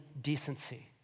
decency